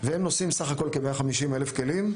והם נושאים בסך הכל כ-150 אלף כלים,